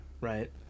right